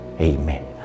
Amen